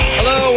Hello